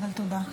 אבל תודה.